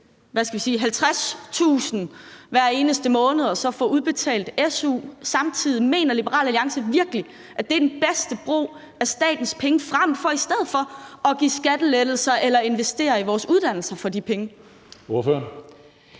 50.000 kr. hver eneste måned og så få udbetalt su samtidig. Mener Liberal Alliance virkelig, at det er den bedste brug af statens penge frem for at give skattelettelser eller investere i vores uddannelser for de penge?